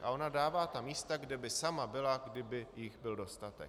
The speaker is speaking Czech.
Ona dává ta místa, kde by sama byla, kdyby jich byl dostatek.